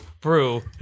Brew